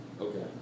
Okay